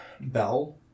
Bell